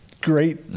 great